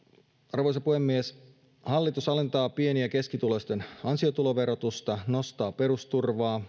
arvoisa puhemies hallitus alentaa pieni ja keskituloisten ansiotuloverotusta nostaa perusturvaa